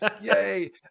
yay